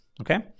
Okay